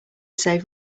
save